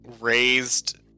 raised